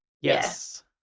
yes